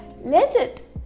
legit